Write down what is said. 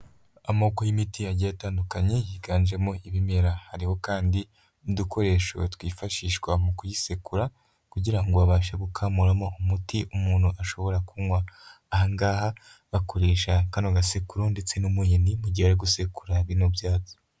Amoko y'imiti agiye atandukanye, yiganjemo ibimera, hariho kandi n'udukoresho twifashishwa mu kuyisekura, kugira ngo babashe gukamuramo umuti umuntu ashobora kunywa, ahangaha bakoresha kano gasekuru ndetse n'umuhini mu gihe bari gusekura bino byatsi.